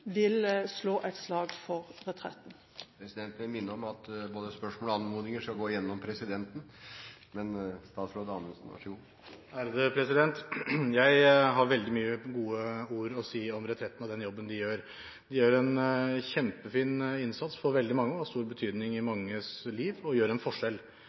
anmodninger skal gå gjennom presidenten. Jeg har veldig mange gode ord å si om Retretten og den jobben de gjør. De gjør en kjempefin innsats for veldig mange, har stor betydning i manges liv og gjør en forskjell.